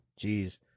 Jeez